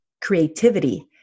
creativity